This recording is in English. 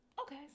Okay